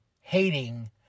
hating